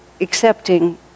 accepting